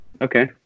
Okay